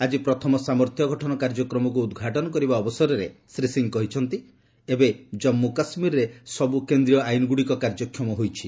ଆଜି ପ୍ରଥମ ସାମର୍ଥ୍ୟ ଗଠନ କାର୍ଯ୍ୟକ୍ରମକୁ ଉଦ୍ଘାଟନ କରିବା ଅବସରରେ ଶ୍ରୀ ସିଂହ କହିଛନ୍ତି ଏବେ ଜାମ୍ମୁ କାଶ୍ମୀରରେ ସବୁ କେନ୍ଦ୍ରୀୟ ଆଇନ୍ଗୁଡ଼ିକ କାର୍ଯ୍ୟକ୍ଷମ ହୋଇଛି